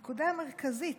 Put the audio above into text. הנקודה המרכזית,